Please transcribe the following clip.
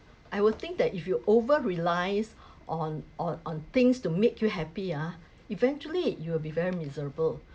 I will think that if you over rely on on on things to make you happy ah eventually you will be very miserable